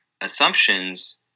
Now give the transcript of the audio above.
assumptions